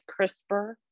crispr